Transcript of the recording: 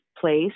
place